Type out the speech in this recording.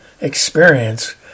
experience